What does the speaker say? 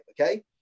okay